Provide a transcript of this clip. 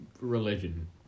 religion